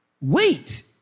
wait